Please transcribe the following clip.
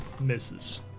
misses